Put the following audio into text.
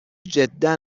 جدا